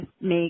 make